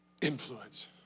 influence